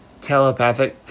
telepathic